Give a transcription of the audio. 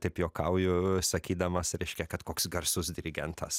taip juokauju sakydamas reiškia kad koks garsus dirigentas